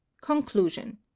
Conclusion